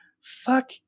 Fuck